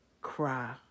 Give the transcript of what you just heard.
cry